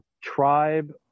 tribe